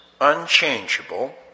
unchangeable